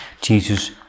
jesus